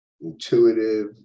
intuitive